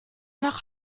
nach